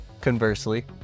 Conversely